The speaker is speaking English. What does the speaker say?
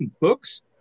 books